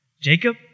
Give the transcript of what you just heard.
Jacob